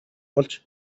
болж